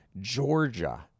Georgia